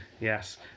Yes